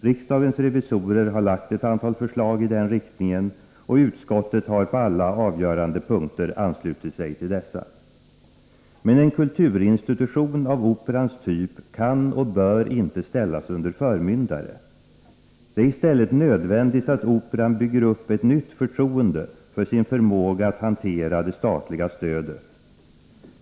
Riksdagens revisorer har lagt fram ett antal förslag i den riktningen, och utskottet har på alla avgörande punkter anslutit sig till dessa. Men en kulturinstitution av Operans typ kan och bör inte ställas under förmyndare. Det är i stället nödvändigt att Operan bygger upp ett nytt förtroende för sin förmåga att hantera det statliga stödet.